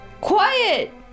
Quiet